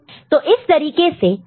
तो इस तरीके से इसे रिप्रेजेंट करना है